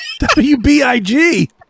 WBIG